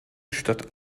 stadt